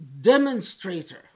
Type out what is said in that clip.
demonstrator